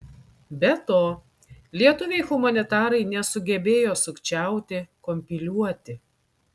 be to lietuviai humanitarai nesugebėjo sukčiauti kompiliuoti